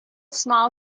small